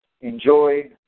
Enjoy